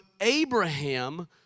Abraham